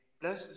Plus